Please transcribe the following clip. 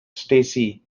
stacey